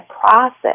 process